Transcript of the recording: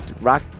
rock